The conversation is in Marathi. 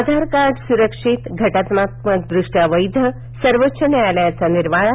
आधार कार्ड सुरक्षित घटनात्मकदृष्ट्या वैध सर्वोच्च न्यायालयाचा निर्वाळा